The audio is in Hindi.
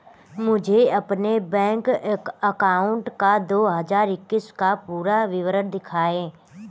मुझे अपने बैंक अकाउंट का दो हज़ार इक्कीस का पूरा विवरण दिखाएँ?